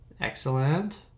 Excellent